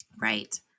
Right